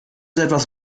etwas